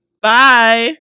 Bye